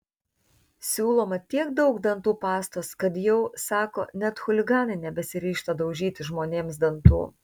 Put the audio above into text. siūloma tiek daug dantų pastos kad jau sako net chuliganai nebesiryžta daužyti žmonėms dantų